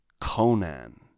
Conan